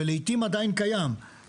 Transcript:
ולעיתים עדיין קיים,